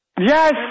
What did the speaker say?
Yes